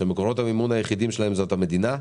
שמקורות המימון היחידים שלהם זאת המדינה,